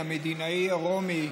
המדינאי הרומי,